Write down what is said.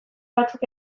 batzuk